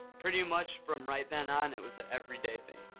pretty much from right then on, it was an everyday thing.